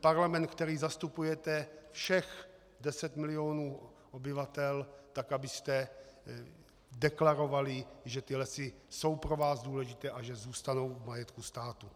parlament, ve kterém zastupujete všech deset milionů obyvatel, deklaroval, že lesy jsou pro vás důležité a že zůstanou v majetku státu.